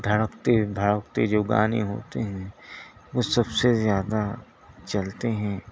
دھڑکتے دھڑکتے جو گانے ہوتے ہیں وہ سب سے زیادہ چلتے ہیں